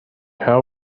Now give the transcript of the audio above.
how